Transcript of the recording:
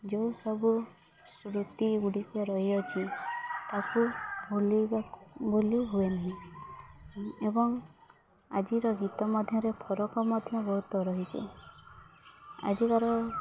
ଯେଉଁ ସବୁ ସ୍ମୃତି ଗୁଡ଼ିକ ରହିଅଛି ତାକୁ ଭୁଲିବାକୁ ଭୁଲି ହୁଏ ନାହିଁ ଏବଂ ଆଜିର ଗୀତ ମଧ୍ୟରେ ଫରକ୍ ମଧ୍ୟ ବହୁତ ରହିଛି ଆଜିକାର